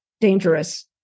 dangerous